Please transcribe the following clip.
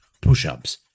push-ups